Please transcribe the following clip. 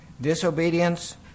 disobedience